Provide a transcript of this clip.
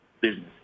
business